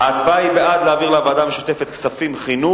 ההצבעה היא בעד להעביר לוועדה המשותפת כספים-חינוך,